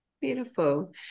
beautiful